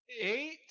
eight